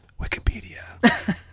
wikipedia